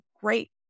great